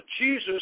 Jesus